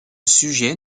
sujet